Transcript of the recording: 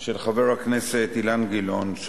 של חבר הכנסת אילן גילאון,